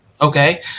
okay